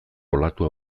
olatu